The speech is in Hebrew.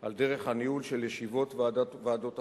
על דרך הניהול של ישיבות ועדות השרים.